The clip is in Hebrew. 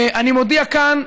אני מודיע כאן,